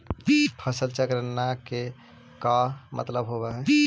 फसल चक्र न के का मतलब होब है?